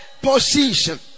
position